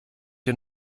dir